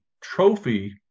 trophy